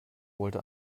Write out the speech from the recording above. wollte